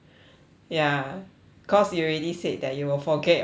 ya cause you already said that you will forget your friends